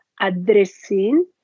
addressing